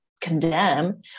condemn